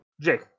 Jake